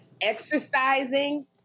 exercising